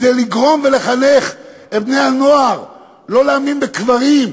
כדי לגרום ולחנך את בני-הנוער לא להאמין בקברים,